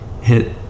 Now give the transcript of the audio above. hit